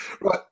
right